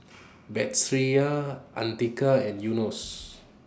Batrisya Andika and Yunos